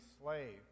slave